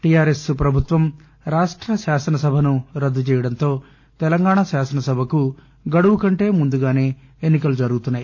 TRS ప్రభుత్వం రాష్ట శాసనసభను రద్దు చేయడంతో తెలంగాణ శాసనసభకు గడువు కంటే ముందుగానే ఎన్నికలు జరుగుతున్నాయి